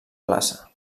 plaça